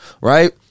right